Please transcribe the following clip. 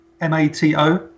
M-A-T-O